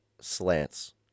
slants